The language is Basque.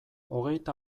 hogeita